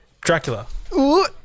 Dracula